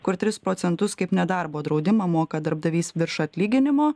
kur tris procentus kaip nedarbo draudimą moka darbdavys virš atlyginimo